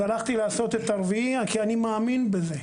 לעשות את הרביעי כי אני מאמין בזה.